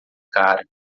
cara